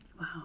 Wow